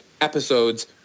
episodes